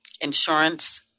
insurance